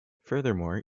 furthermore